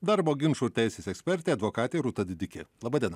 darbo ginčų teisės ekspertė advokatė rūta didikė laba diena